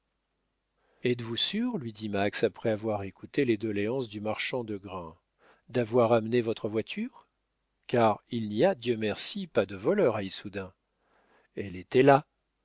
êtes-vous sûr lui dit max après avoir écouté les doléances du marchand de grains d'avoir amené votre voiture car il n'y a dieu merci pas de voleurs à issoudun elle était là